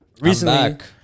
recently